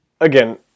again